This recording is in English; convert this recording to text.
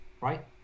right